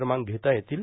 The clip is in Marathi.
क्रमांक घेता येतील